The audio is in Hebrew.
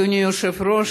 אדוני היושב-ראש,